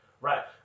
Right